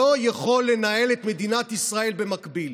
לא יכול לנהל את מדינת ישראל במקביל.